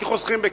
כי חוסכים בכסף.